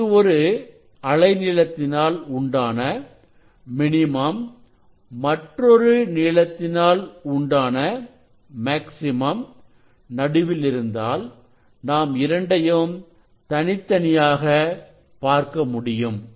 இங்கு ஒரு அலை நீளத்தினால் உண்டான மினிமம் மற்றொரு அலை நீளத்தினால் உண்டான மேக்ஸிமம் நடுவில் இருந்தால் நாம் இரண்டையும் தனித்தனியாக பார்க்க முடியும்